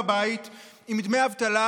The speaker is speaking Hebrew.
בבית עם דמי אבטלה,